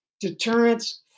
Deterrence